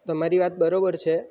તમારી વાત બરાબર છે